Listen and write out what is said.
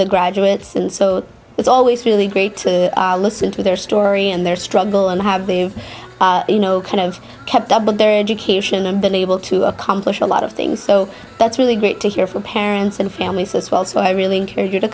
the graduates and so it's always really great to listen to their story and their struggle and have lived you know kind of kept up with their education and been able to accomplish a lot of things so that's really great to hear from parents and families as well so i really encourage you to